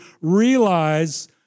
realize